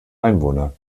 einwohner